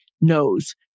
knows